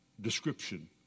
description